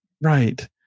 Right